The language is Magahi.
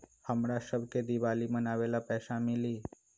हमरा शव के दिवाली मनावेला पैसा मिली?